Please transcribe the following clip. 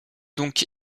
donc